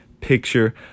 picture